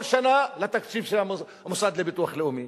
כל שנה, לתקציב של המוסד לביטוח לאומי.